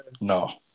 no